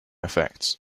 effects